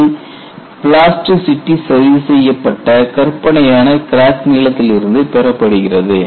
இது பிளாஸ்டிசிட்டி சரிசெய்யப்பட்ட கற்பனையான கிராக் நீளத்திலிருந்து பெறப்படுகிறது